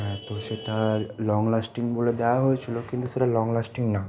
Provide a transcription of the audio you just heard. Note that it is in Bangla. হ্যাঁ তো সেটা লং লাস্টিং বলে দেওয়া হয়েছিলো কিন্তু সেটা লং লাস্টিং না